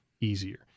easier